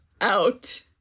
out